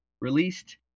released